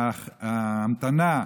וההמתנה,